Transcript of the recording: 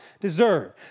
deserve